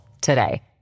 today